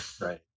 Right